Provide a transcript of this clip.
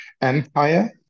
empire